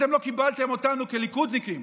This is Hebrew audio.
אתם לא קיבלתם אותנו כליכודניקים.